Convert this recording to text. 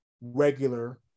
regular